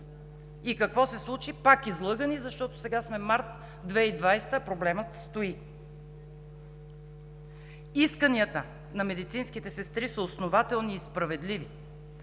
И какво се случи? Пак излъгани, защото сега сме март 2020 г., а проблемът стои. Исканията на медицинските сестри са основателни и справедливи